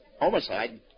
Homicide